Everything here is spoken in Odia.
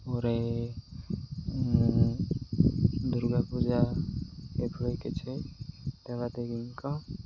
ପରେ ଦୁର୍ଗା ପୂଜା ଏଭଳି କିଛି ଦେବାଦେବୀଙ୍କ